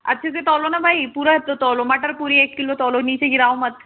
अच्छे से तौलो ना बाई पूरा तौलो मटर पूरी एक किलो तौलो नीचे गिराओ मत